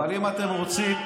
אבל אם אתם רוצים,